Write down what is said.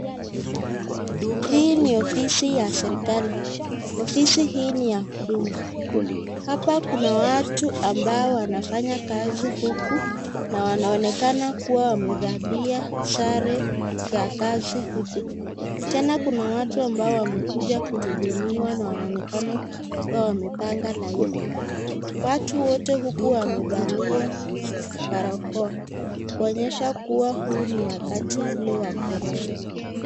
Hii ni ofisi ya serikali. Ofisi hii ni ya huduma. Hapa kuna watu ambao wanafanya kazi huku na wanaonekana kuwa wamevalia sare za kazi huku. Tena kuna watu ambao wamekuja kuhudumiwa na wanaonekana kuwa wamepanga laini. Watu wote huku wamevalia barakoa kuonyesha kuwa huu ni wakati ule wa corona.